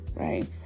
Right